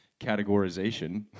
categorization